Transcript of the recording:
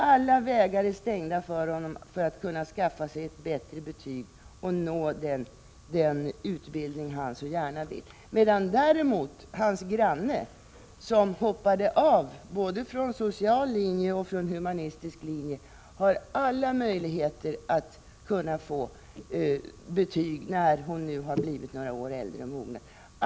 Alla vägar är stängda för honom att kunna skaffa sig ett bättre betyg och nå den utbildning han så gärna vill ha, medan däremot hans granne som hoppade av både från social och från humanistisk linje på gymnasiet har alla möjligheter att få betyg när han nu har blivit några år äldre och mognare.